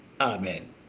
Amen